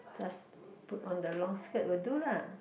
just put on the long skirt will do lah